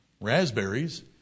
raspberries